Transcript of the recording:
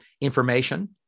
information